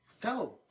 Go